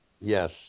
yes